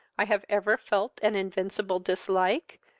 i have ever felt an invincible dislike,